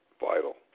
vital